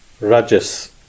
rajas